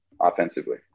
offensively